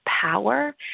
power